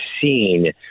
seen